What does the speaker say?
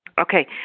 Okay